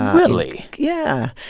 really? yeah,